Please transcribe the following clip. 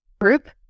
group